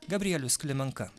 gabrielius klimenka